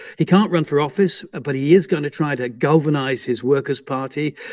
he can't run for office, but he is going to try to galvanize his workers' party,